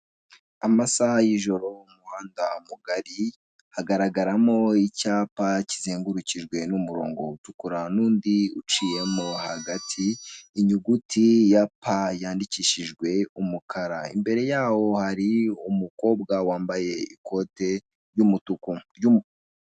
Amasaaha y'ijoro mu muhanda mugari hagaragaramo icyapa kizengurukijwe umurongo utukura n'undi uciyemo hagati, inyuguti ya pa yandikishijwe umukara imbere yaho hari umukobwa wambaye ikote ry'umutuku.